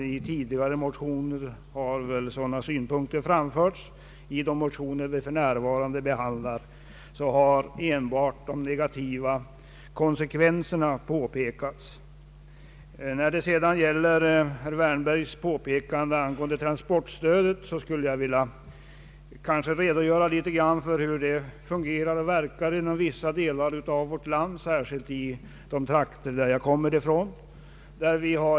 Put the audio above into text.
I tidigare motioner har väl sådana synpunkter framförts, men i de motioner som för närvarande behandlas har enbart de negativa konsekvenserna påpekats. När det gäller herr Wärnbergs påpekande angående transportstödet skulle jag något vilja redogöra för hur det fungerar i vissa delar av vårt land och särskilt i mina hemtrakter.